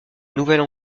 nouvelle